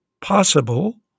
possible